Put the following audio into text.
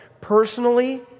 personally